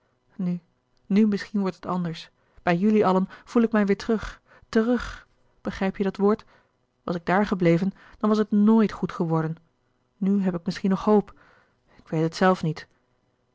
nu nu misschien wordt het anders bij jullie allen voel ik mij weêr terug terug begrijp je dat woord was ik daar gebleven dan was het nooit goed geworden nu heb ik misschien nog hoop ik weet het zelf niet